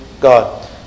God